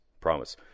promise